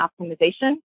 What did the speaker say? optimization